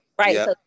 Right